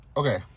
Okay